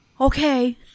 okay